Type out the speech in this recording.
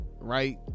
Right